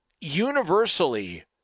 Universally